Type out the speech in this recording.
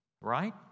Right